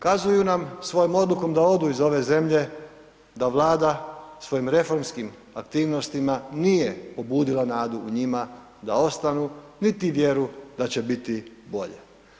Kazuju nam svojom odlukom da odu iz ove zemlje da Vlada svojim reformskim aktivnostima nije pobudila nadu u njima da ostanu niti vjeru da će biti bolje.